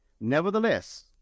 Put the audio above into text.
Nevertheless